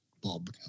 Bob